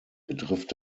betrifft